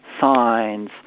signs